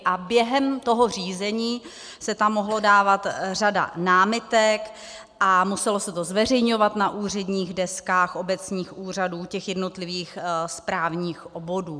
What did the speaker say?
A během toho řízení se tam mohla dávat řada námitek a muselo se to zveřejňovat na úředních deskách obecních úřadů jednotlivých správních obvodů.